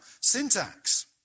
syntax